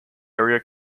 area